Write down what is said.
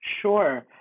sure